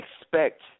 expect